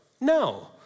No